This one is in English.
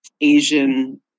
Asian